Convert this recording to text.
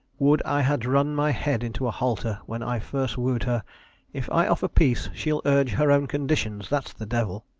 would i had run my head into a halter when i first woo'd her if i offer peace, she'll urge her own conditions that's the devil.